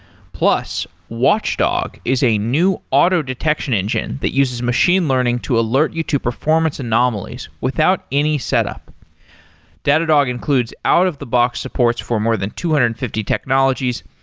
plus, watchdog is a new auto detection engine that uses machine learning to alert you to performance anomalies without any setup datadog includes out-of-the-box supports for more than two hundred and fifty technologies,